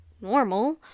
normal